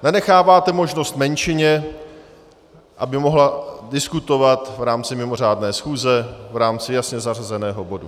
Nenecháváte možnost menšině, aby mohla diskutovat v rámci mimořádné schůze, v rámci jasně zařazeného bodu.